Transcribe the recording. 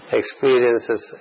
experiences